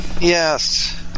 Yes